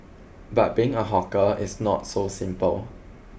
but being a hawker it's not so simple